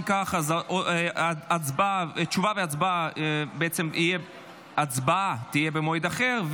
אם כך, הצבעה תהיה במועד אחר.